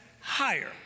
higher